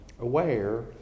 aware